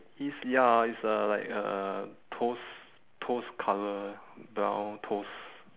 it's ya it's a like a toast toast colour brown toast